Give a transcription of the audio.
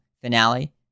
finale